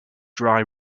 dry